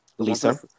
Lisa